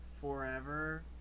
forever